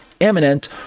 eminent